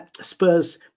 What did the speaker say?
Spurs